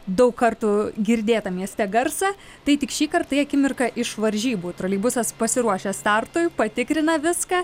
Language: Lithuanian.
daug kartų girdėtą mieste garsą tai tik šįkart tai akimirka iš varžybų troleibusas pasiruošia startui patikrina viską